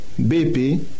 BP